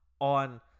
on